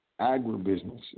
agribusinesses